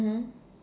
mmhmm